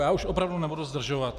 Já už opravdu nebudu zdržovat.